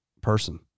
person